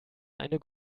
eine